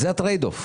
זה הטרייד-אוף.